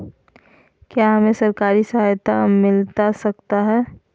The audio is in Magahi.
क्या हमे सरकारी सहायता मिलता सकता है?